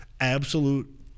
absolute